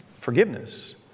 forgiveness